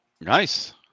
Nice